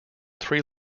three